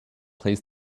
plays